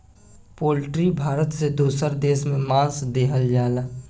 poultry Bharat से दोसर देश में मांस देहल जाला